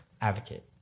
Advocate